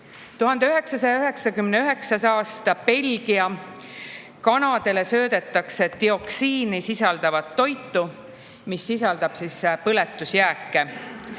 1999. aasta, Belgia, kanadele söödetakse dioksiini sisaldavat toitu, mis sisaldab põletusjääke.